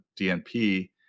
DNP